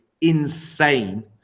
insane